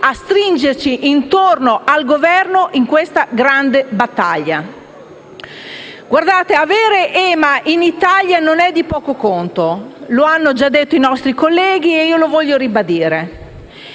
a stringerci intorno al Governo in questa grande battaglia. Colleghi, avere l'EMA in Italia non è cosa di poco conto, lo hanno già detto i colleghi e lo voglio ribadire.